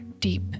deep